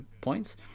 points